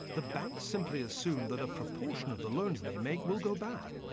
the banks simply assume that a proportion of the loans they make will go bad.